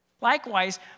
Likewise